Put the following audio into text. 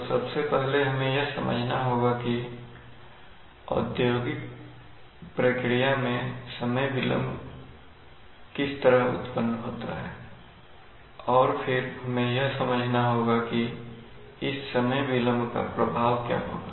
तो सबसे पहले हमें यह समझना होगा कि औद्योगिक प्रक्रिया में समय विलंब किस तरह उत्पन्न होता है और फिर हमें यह समझना होगा कि इस समय विलंब का प्रभाव क्या होगा